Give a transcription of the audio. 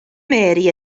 mary